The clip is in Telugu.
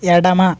ఎడమ